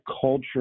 culture